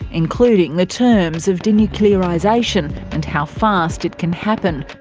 including the terms of denuclearisation and how fast it can happen.